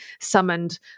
summoned